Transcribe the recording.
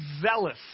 zealous